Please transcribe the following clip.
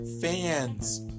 fans